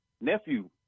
nephew